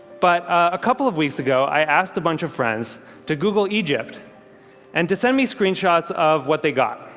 but a couple of weeks ago, i asked a bunch of friends to google egypt and to send me screenshots of what they got.